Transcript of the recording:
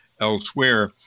elsewhere